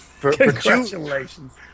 Congratulations